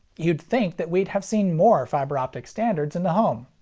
you'd think that we'd have seen more fiber optic standards in the home.